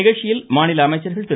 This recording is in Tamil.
நிகழ்ச்சியில் மாநில அமைச்சர்கள் திரு